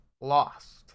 lost